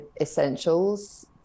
essentials